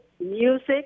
Music